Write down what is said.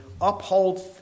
upholds